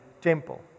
temple